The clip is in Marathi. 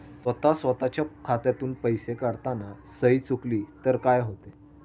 स्वतः स्वतःच्या खात्यातून पैसे काढताना सही चुकली तर काय होते?